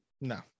No